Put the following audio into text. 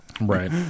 Right